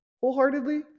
wholeheartedly